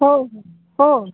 हो हो